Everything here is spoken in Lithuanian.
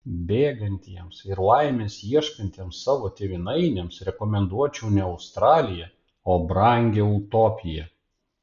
bėgantiems ir laimės ieškantiems savo tėvynainiams rekomenduočiau ne australiją o brangią utopiją